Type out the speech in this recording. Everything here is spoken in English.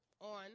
on